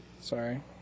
Sorry